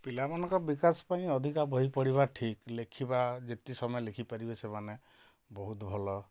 ପିଲାମାନଙ୍କ ବିକାଶ ପାଇଁ ଅଧିକା ବହି ପଢ଼ିବା ଠିକ୍ ଲେଖିବା ଯେତିକି ସମୟ ଲେଖି ପାରିବେ ସେମାନେ ବହୁତ ଭଲ